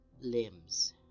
Limbs